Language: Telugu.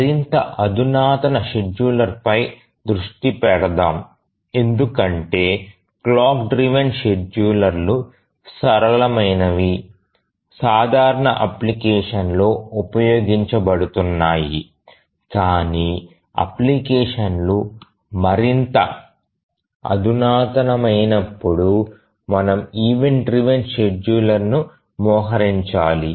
మరింత అధునాతన షెడ్యూలర్లపై దృష్టి పెడదాం ఎందుకంటే క్లాక్ డ్రివెన షెడ్యూలర్లు సరళమైనవి సాధారణ అప్లికేషన్లలో ఉపయోగించబడుతున్నాయి కాని అప్లికేషన్లు మరింత అధునాతనమైనప్పుడు మనము ఈవెంట్ డ్రివెన షెడ్యూలర్లను మోహరించాలి